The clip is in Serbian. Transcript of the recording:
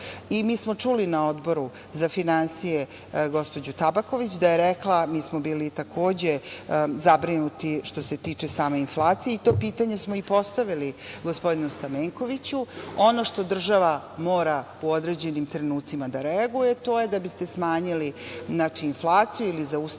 smo čuli na Odboru za finansije gospođu Tabaković da je rekla, mi smo bili zabrinuti što se tiče same inflacije i to pitanje smo i postavili gospodinu Stamenkoviću. Ono što država mora u određenim trenucima, to je da biste smanjili inflaciji ili zaustavili